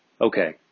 Okay